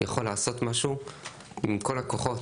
יכול לעשות משהו עם כל הכוחות,